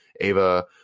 AVA